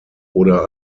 oder